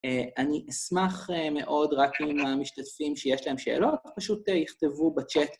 אני אשמח מאוד רק עם המשתתפים שיש להם שאלות, פשוט יכתבו בצ'אט.